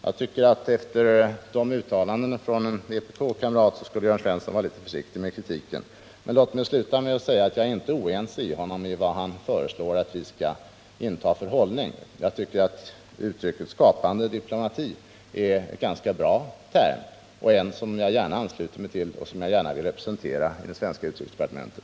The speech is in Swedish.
Jag tycker att efter det uttalandet från en vpk-kamrat skulle Jörn Svensson vara litet försiktig med kritiken. Men låt mig sluta med att säga att jag inte är oense med Jörn Svensson i vad han föreslår att vi skall inta för hållning. Jag tycker att uttrycket ”skapande diplomati” är en ganska bra term. En sådan diplomati ansluter jag mig gärna till och vill gärna representera den i det svenska utrikesdepartementet.